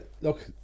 look